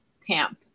camp